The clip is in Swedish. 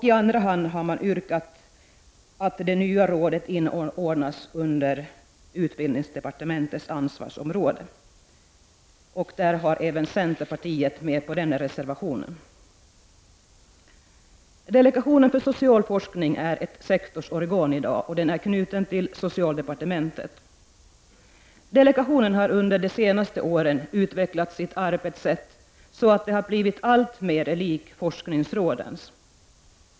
I andra hand har man yrkat att det nya rådet inordnas under utbildningsdepartementets ansvarsområde. I den reservationen är även centerpartiet med. Delegationen för social forskning är ett sektorsorgan, knutet till socialdepartementet. Delegationen har under de senaste åren utvecklat sitt arbetssätt så att det blivit alltmer likt forskningsrådens.